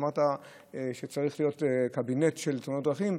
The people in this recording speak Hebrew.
ואמרת שצריך להיות קבינט של תאונות דרכים.